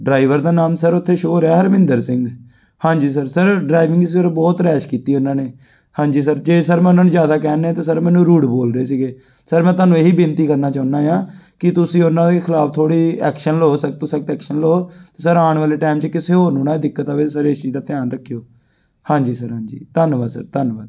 driver ਦਾ ਨਾਮ sir ਉੱਥੇ ਸ਼ੋਅ ਹੋ ਰਿਹਾ ਹਰਵਿੰਦਰ ਸਿੰਘ ਹਾਂਜੀ ਸਰ ਸਰ ਡਰਾਈਵਿੰਗ ਸਰ ਬਹੁਤ ਰੈਸ਼ ਕੀਤੀ ਓਹਨਾਂ ਨੇ ਹਾਂਜੀ ਸਰ ਜੇ ਸਰ ਮੈਂ ਓਹਨਾਂ ਨੂੰ ਜ਼ਿਆਦਾ ਕਹਿਣ ਡਿਆ ਤਾਂ ਸਰ ਮੈਨੂੰ ਰੂਡ ਬੋਲਦੇ ਸੀਗੇ ਸਰ ਮੈਂ ਤੁਹਾਨੂੰ ਇਹੀ ਬੇਨਤੀ ਕਰਨਾ ਚਾਹੁੰਦਾ ਹਾਂ ਕਿ ਤੁਸੀਂ ਓਹਨਾਂ ਦੇ ਖਿਲਾਫ ਥੋੜ੍ਹੇ ਐਕਸ਼ਨ ਲਓ ਸਖਤ ਤੋਂ ਸਖਤ ਐਕਸ਼ਨ ਲਉ ਸਰ ਆਉਣ ਵਾਲੇ ਟੈਮ 'ਚ ਕਿਸੇ ਹੋਰ ਨੂੰ ਨਾ ਇਹ ਦਿੱਕਤ ਆਵੇ ਸਰ ਇਸ ਚੀਜ਼ ਦਾ ਧਿਆਨ ਰੱਖਿਓ ਹਾਂਜੀ ਸਰ ਹਾਂਜੀ ਧੰਨਵਾਦ ਸਰ ਧੰਨਵਾਦ